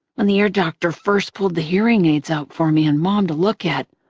when the ear doctor first pulled the hearing aids out for me and mom to look at,